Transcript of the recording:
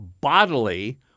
bodily